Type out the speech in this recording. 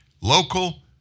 local